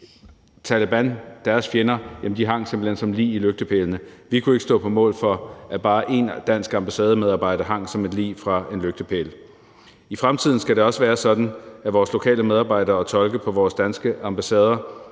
Talebans fjender hang simpelt hen som lig i lygtepælene. Vi kunne ikke stå på mål for, at bare én dansk ambassademedarbejder hang som et lig fra en lygtepæl. I fremtiden skal det også være sådan, at vores lokale medarbejdere og tolke på vores danske ambassader